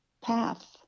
path